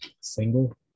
Single